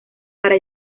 para